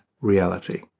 reality